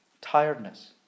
tiredness